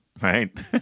right